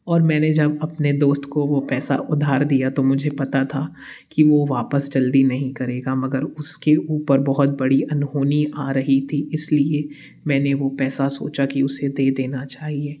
और मैंने जब अपने दोस्त को वो पैसा उधार दिया तो मुझे पता था कि वो वापस जल्दी नहीं करेगा मगर उसके ऊपर बहुत बड़ी अनहोनी आ रही थी इसलिए मैंने वो पैसा सोचा की उसे दे देना चाहिए